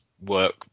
work